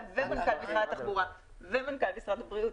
ומנכ"ל משרד התחבורה ומנכ"ל משרד הבריאות